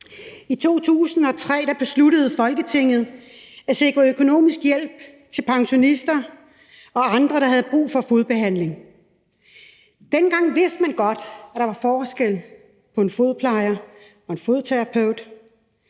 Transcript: I 2003 besluttede Folketinget at sikre økonomisk hjælp til pensionister og andre, der havde brug for fodbehandling. Dengang vidste man godt, at der var forskel på en fodplejer og en fodterapeut,